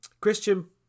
Christian